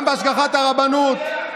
גם בהשגחת הרבנות?